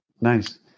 Nice